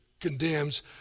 condemns